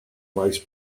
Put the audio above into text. maes